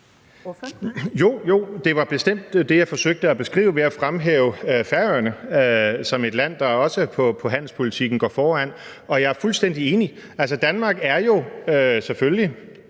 Jo, det var bestemt det, jeg forsøgte at beskrive ved at fremhæve Færøerne som et land, der også inden for handelspolitikken går foran. Og jeg er fuldstændig enig. Altså, Danmark er jo selvfølgelig